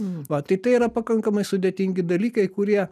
va tai tai yra pakankamai sudėtingi dalykai kurie